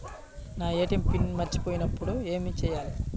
నా ATM pin మర్చిపోయినప్పుడు ఏమి చేయాలి?